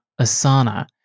Asana